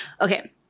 Okay